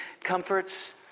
comforts